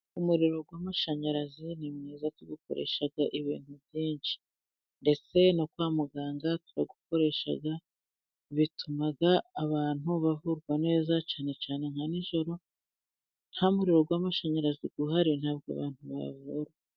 Umuriro w'amashanyarazi ni mwiza twakoresha ibintu byinshi ndetse no kwa muganga turawukoresha bituma abantu bavurwa neza cyane cyane nka nijoro ntamuriro w'mashanyarazi uhari ntabwo abantu bavura.